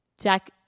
Jack